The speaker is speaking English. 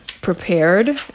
Prepared